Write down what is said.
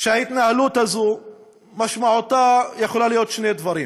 שההתנהלות הזאת משמעותה יכולה להיות שני דברים: